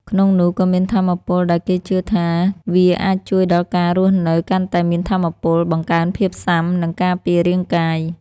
ក្នុងនោះក៏មានថាមពល ដែលគេជឿជាក់ថាវាអាចជួយដល់ការរស់នៅកាន់តែមានថាមពល បង្កើនភាពស៊ាំ និងការពាររាងកាយ។